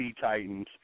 Titans